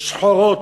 "שחורות".